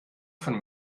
von